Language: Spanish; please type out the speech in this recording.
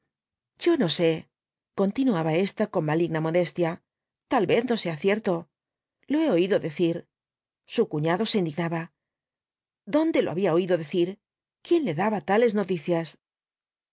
yo no sé continuaba ésta con maligna modestia tal vez no sea cierto lo he oído decir su cuñado se indignaba dónde lo había oído decir quién le daba tales noticias